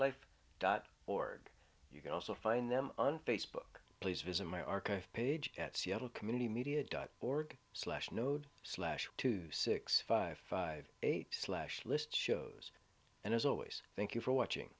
life dot org you can also find them on facebook please visit my archive page at seattle community media dot org slash node slash two six five five eight slash list shows and as always thank you for watching